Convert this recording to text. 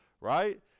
right